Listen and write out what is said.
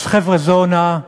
אז, חבר'ה, זו הונאה.